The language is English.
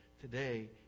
today